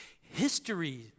history